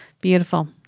Beautiful